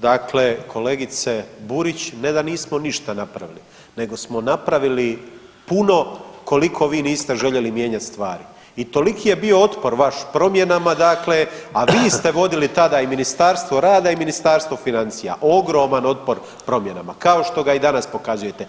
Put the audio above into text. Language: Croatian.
dakle kolegice Burić ne da nismo ništa napravili nego smo napravili puno koliko vi niste željeli mijenjat stvari i toliki je bio otpor vaš promjenama dakle, a vi ste vodili tada i Ministarstvo rada i Ministarstvo financija, ogroman otpor promjenama, kao što ga i danas pokazujete.